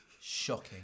shocking